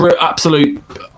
Absolute